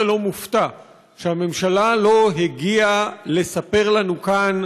לא מופתע שהממשלה לא הגיעה לספר לנו כאן,